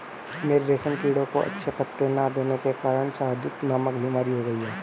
मेरे रेशम कीड़ों को अच्छे पत्ते ना देने के कारण शहदूत नामक बीमारी हो गई है